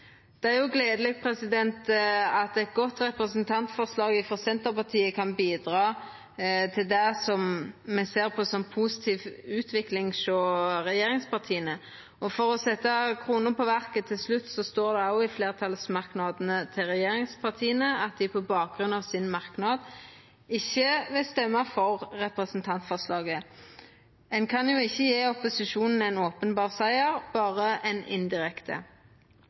Det er jo gledeleg at eit godt representantforslag frå Senterpartiet kan bidra til det som me ser på som ei positiv utvikling hjå regjeringspartia. Og – for å setja krona på verket til slutt – det står òg i fleirtalsmerknadene frå regjeringspartia at dei på bakgrunn av merknaden sin ikkje vil stemma for representantforslaget. Ein kan jo ikkje gje opposisjonen ein openberr siger, berre